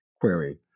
query